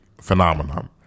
phenomenon